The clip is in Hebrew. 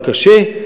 קשה,